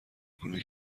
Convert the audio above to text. کنید